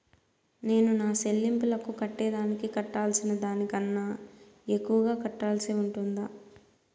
నేను నా సెల్లింపులకు కట్టేదానికి కట్టాల్సిన దానికన్నా ఎక్కువగా కట్టాల్సి ఉంటుందా?